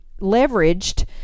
leveraged